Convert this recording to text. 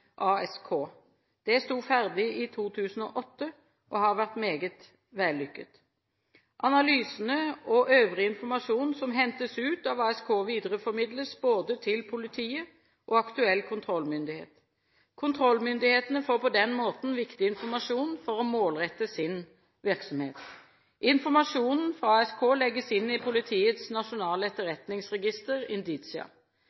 ASK. Det sto ferdig i 2008 og har vært meget vellykket. Analysene og øvrig informasjon som hentes ut av ASK, videreformidles til både politiet og aktuell kontrollmyndighet. Kontrollmyndighetene får på den måten viktig informasjon for å målrette sin virksomhet. Informasjon fra ASK legges inn i politiets nasjonale